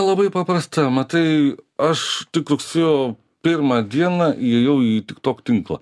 labai paprasta matai aš tik rugsėjo pirmą dieną įėjau į tik tok tinklą